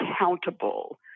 accountable